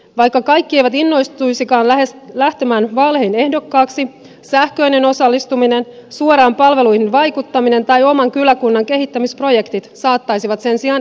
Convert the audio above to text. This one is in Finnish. vaikka kaikki eivät innostuisikaan lähtemään vaaleihin ehdokkaaksi sähköinen osallistuminen suoraan palveluihin vaikuttaminen tai oman kyläkunnan kehittämisprojektit saattaisivat sen sijaan innostaa